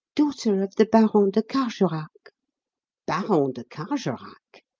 daughter of the baron de carjorac. baron de carjorac?